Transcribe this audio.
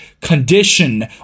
condition